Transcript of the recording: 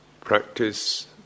practice